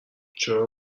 چرا